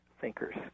thinkers